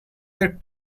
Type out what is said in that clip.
their